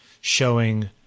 showing